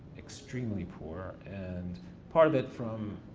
extremely poor and part of it from,